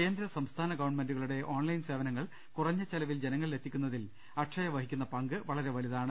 കേന്ദ്ര സംസ്ഥാന ഗവൺമെന്റുകളുടെ ഓൺലൈൻ സേവനങ്ങൾ കുറഞ്ഞ ചെലവിൽ ജനങ്ങളിലെത്തിക്കുന്നതിൽ അക്ഷയ വഹി ക്കുന്ന പങ്ക് വളരെ വലുതാണ്